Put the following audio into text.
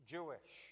Jewish